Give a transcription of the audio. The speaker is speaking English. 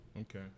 Okay